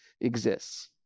exists